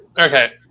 okay